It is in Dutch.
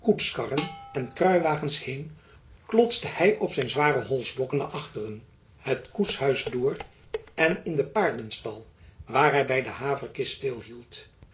en kruiwagens heen klotste hy op zijn zware holsblokken naar achteren het koetshuis door en in den paardenstal waar hy by de haverkist